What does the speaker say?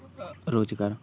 ᱨᱳᱡᱽᱜᱟᱨ